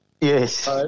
Yes